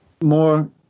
more